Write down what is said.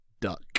duck